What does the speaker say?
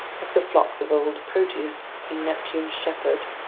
like the flocks of old proteus, king neptune's shepherd,